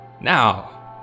Now